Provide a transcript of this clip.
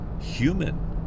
human